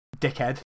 dickhead